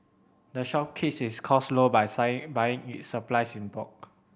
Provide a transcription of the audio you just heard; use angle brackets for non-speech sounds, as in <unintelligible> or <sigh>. the shop keeps its costs low by <unintelligible> buying its supplies in bulk